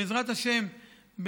בעזרת השם,